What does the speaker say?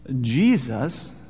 Jesus